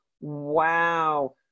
wow